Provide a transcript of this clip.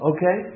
Okay